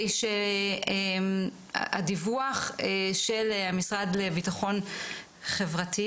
כדי שמשרד הרווחה והביטחון החברתי